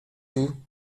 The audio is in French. vous